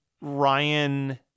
Ryan